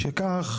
משכך